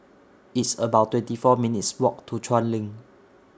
It's about twenty four minutes' Walk to Chuan LINK